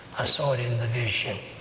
i saw it in the vision,